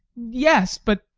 yes, but